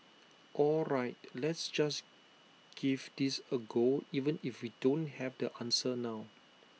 all right let's just give this A go even if we don't have the answer now